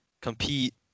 compete